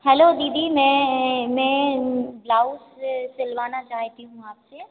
hello दीदी मैं मैं ब्लाउज़ सिलवाना चाहती हूँ आपसे